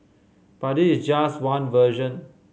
but this is just one version